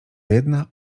jedna